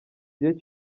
gihe